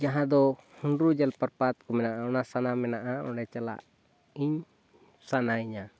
ᱡᱟᱦᱟᱸᱫᱚ ᱦᱩᱰᱨᱩ ᱡᱚᱞᱚᱯᱨᱚᱯᱟᱛᱠᱚ ᱢᱮᱱᱟᱜᱼᱟ ᱚᱱᱟ ᱥᱟᱱᱟ ᱢᱮᱱᱟᱜᱼᱟ ᱚᱸᱰᱮ ᱪᱟᱞᱟᱜ ᱤᱧ ᱥᱟᱱᱟᱭᱤᱧᱟ